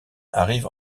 arrive